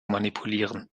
manipulieren